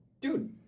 Dude